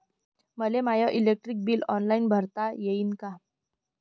मले my electric bill online भरता येईन का?